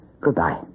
Goodbye